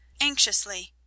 anxiously